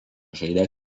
žaidė